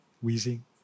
wheezing